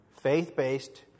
faith-based